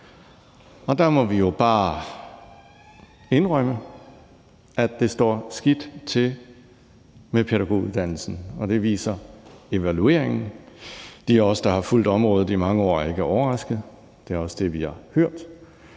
Og der må vi bare indrømme, at det står skidt til med pædagoguddannelsen, og det viser evalueringen. De af os, der har fulgt området i mange år, er ikke overrasket, det er også det, vi har hørt,